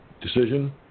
decision